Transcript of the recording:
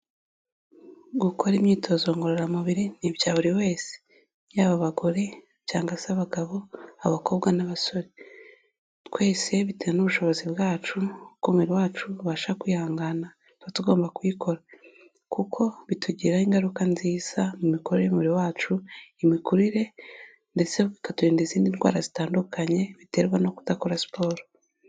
Gukora imyitozo ngororamubiri ni ibya buri wese, yaba abagore cyangwa se abagabo, abakobwa n'abasore, twese bitewe n'ubushobozi bwacu, uko umubiri wacu ubasha kwihangana, tugomba kuyikora; kuko bitugiraho ingaruka nziza mu mikorere y'umubiri wacu, imikurire ndetse bikaturinda izindi ndwara zitandukanye, ziterwa no kudakora siporo.